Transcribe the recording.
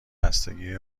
خستگی